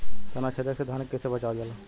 ताना छेदक से धान के कइसे बचावल जाला?